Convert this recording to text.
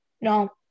No